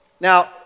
now